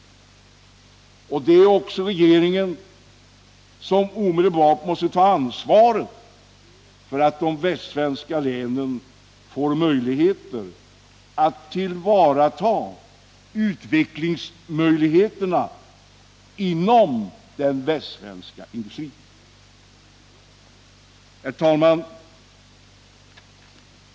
Det är också regeringen som omedelbart måste ta ansvaret för att de västsvenska länen skall kunna tillvarata utvecklingsmöjligheterna inom industrin. Herr talman!